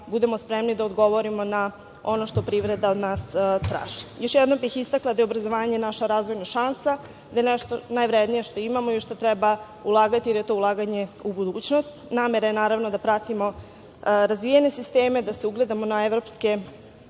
za učenje, sticanje znanja kroz praktičan rad. Još jednom bih istakla da je obrazovanje naša razvojna šansa, da je nešto najvrednije što imamo i u šta treba ulagati, jer je to ulaganje u budućnost. Namera je, naravno, da pratimo razvijene sisteme, da se ugledamo na evropske